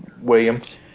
williams